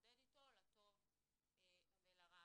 להתמודד איתו לטוב ולרע.